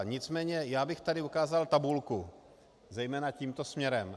Nicméně já bych tady ukázal tabulku, zejména tímto směrem.